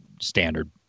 standard